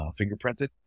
fingerprinted